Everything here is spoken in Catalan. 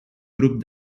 grup